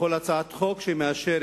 בכל הצעת חוק שהיא מאשרת,